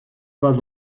pas